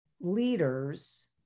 leaders